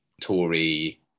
Tory